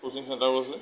coaching চেণ্টাৰো আছে